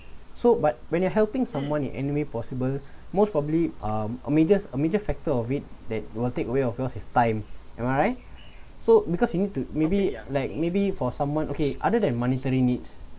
so but when you're helping someone you in any way possible most probably um a major a major factor of it that will take away of yours is time am I right so because you need to maybe like maybe for someone okay other than monetary needs